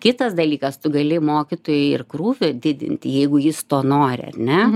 kitas dalykas tu gali mokytojai ir krūvį didinti jeigu jis to nori ar ne